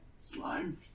Slime